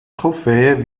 trophäe